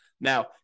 Now